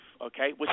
okay